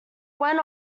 went